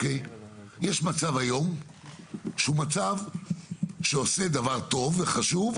היום יש מצב שעושה דבר טוב וחשוב,